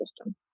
system